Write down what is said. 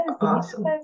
Awesome